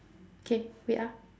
okay wait ah